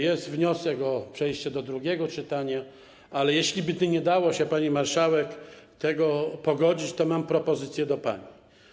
Jest wniosek o przejście do drugiego czytania, ale jeśliby nie dało się, pani marszałek, tego pogodzić, to mam propozycję dla pani.